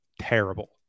terrible